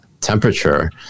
temperature